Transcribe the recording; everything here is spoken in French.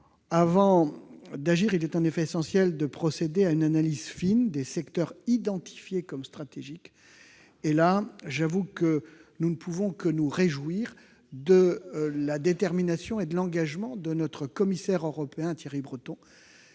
Avant d'agir, il est en effet essentiel de procéder à une analyse fine des secteurs identifiés comme stratégiques. J'avoue que nous ne pouvons que nous réjouir de la détermination et de l'engagement de notre commissaire européen Thierry Breton,